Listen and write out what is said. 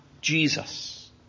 Jesus